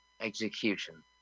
execution